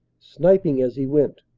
sniping as he went,